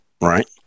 Right